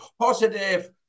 positive